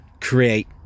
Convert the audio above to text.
create